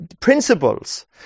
principles